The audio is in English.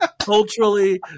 culturally